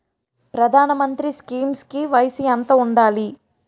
ప్రధాన మంత్రి స్కీమ్స్ కి వయసు ఎంత ఉండాలి?